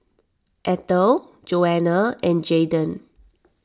Ethel Joana and Jayden